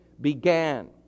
began